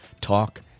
Talk